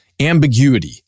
ambiguity